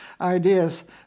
ideas